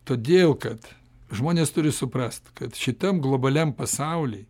todėl kad žmonės turi suprast kad šitam globaliam pasauly